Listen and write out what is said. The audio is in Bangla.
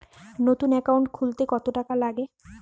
নতুন একাউন্ট খুলতে কত টাকা লাগে?